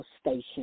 station